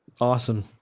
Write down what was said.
Awesome